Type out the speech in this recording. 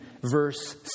verse